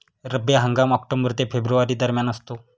रब्बी हंगाम ऑक्टोबर ते फेब्रुवारी दरम्यान असतो